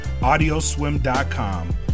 Audioswim.com